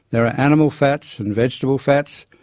there are animal fats and vegetable fats,